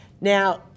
Now